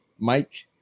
mike